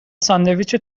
ساندویچ